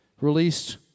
released